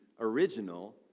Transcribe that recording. original